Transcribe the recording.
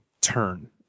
turn